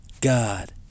God